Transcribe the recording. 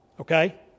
Okay